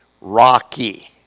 rocky